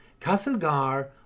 Castlegar